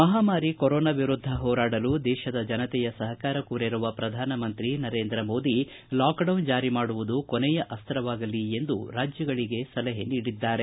ಮಹಾಮಾರಿ ಕೊರೋನಾ ವಿರುದ್ದ ಹೋರಾಡಲು ದೇಶದ ಜನತೆಯ ಸಹಕಾರ ಕೋರಿರುವ ಪ್ರಧಾನ ಮಂತ್ರಿ ನರೇಂದ್ರ ಮೋದಿ ಲಾಕ್ ಡೌನ್ ಜಾರಿ ಮಾಡುವುದು ಕೊನೆಯ ಅಸ್ತವಾಗಲಿ ಎಂದು ರಾಜ್ಯಗಳಿಗೆ ಸಲಹೆ ನೀಡಿದ್ದಾರೆ